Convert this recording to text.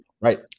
right